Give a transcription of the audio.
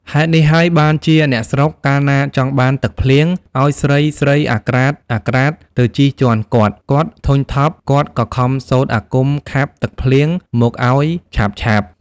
ហេតុនេះហើយ បានជាអ្នកស្រុក កាលណាចង់បានទឹកភ្លៀង ឲ្យស្រីៗអាក្រាតៗទៅជិះជាន់គាត់ៗ ធុញថប់ គាត់ក៏ខំសូត្រអាគមខាបទឹកភ្លៀងមកឲ្យឆាប់ៗ។